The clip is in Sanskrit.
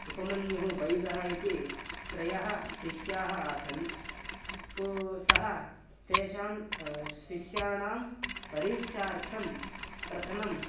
उपमन्युः बैदः इति त्रयः शिष्याः आसन् पू सः तेषां शिष्याणां परीक्षार्थं प्रथमम्